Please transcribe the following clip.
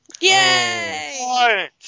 Yay